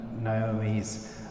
Naomi's